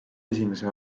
esimese